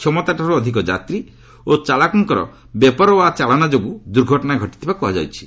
କ୍ଷମତାଠାରୁ ଅଧିକ ଯାତ୍ରୀ ଓ ଚାଳକଙ୍କର ବେପର୍ୱା ଚାଳନା ଯୋଗୁଁ ଦୁର୍ଘଟଣା ଘଟିଥିବା କୁହାଯାଉଛି